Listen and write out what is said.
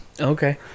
Okay